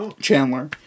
Chandler